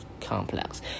complex